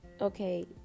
okay